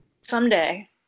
Someday